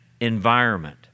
environment